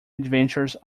adventures